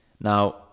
now